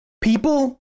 People